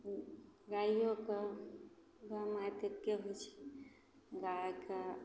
गाइओके गउ माइ तऽ एक्के होइ छै गाइके